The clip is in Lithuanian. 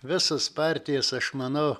visos partijos aš manau